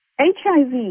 HIV